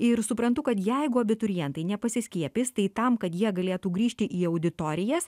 ir suprantu kad jeigu abiturientai nepasiskiepys tai tam kad jie galėtų grįžti į auditorijas